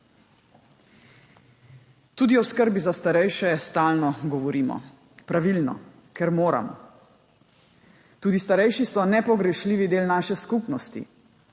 Tudi o skrbi za starejše stalno govorimo. Pravilno, ker moramo. Tudi starejši so nepogrešljivi del naše skupnosti.